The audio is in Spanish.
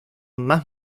más